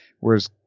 whereas